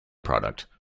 product